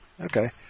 okay